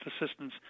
assistance